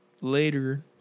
Later